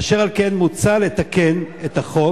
אשר על כך מוצע לתקן את החוק